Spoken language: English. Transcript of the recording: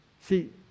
See